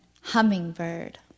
Hummingbird